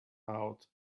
out